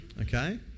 Okay